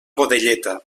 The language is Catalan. godelleta